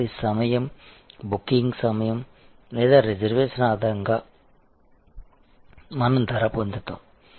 కాబట్టి సమయం బుకింగ్ సమయం లేదా రిజర్వేషన్ ఆధారంగా మనం ధర పొందుతాము